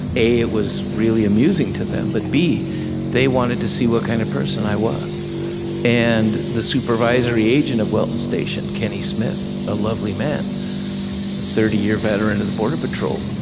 a it was really amusing to them, but b they wanted to see what kind of person i was and the supervisory agent of welton station, kenny smith, a lovely man, a thirty year veteran of the border patrol,